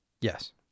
Yes